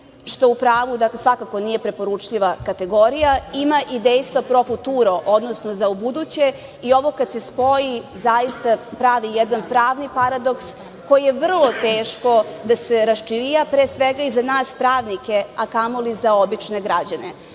što u pravu svakako nije preporučljiva kategorija, ima i dejstva profuturo, odnosno za ubuduće i ovo kada se spoji, zaista pravi jedan pravni paradoks koji je vrlo teško da se raščivija, pre svega i za nas pravnike, a kamoli za obične građane